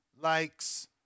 likes